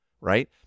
right